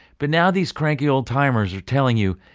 but now, these cranky old-timers are telling you,